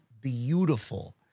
beautiful